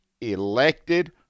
elected